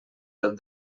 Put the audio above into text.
del